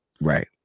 Right